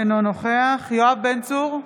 אינו נוכח יואב בן צור,